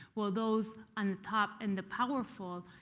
well, those on the top and the powerful,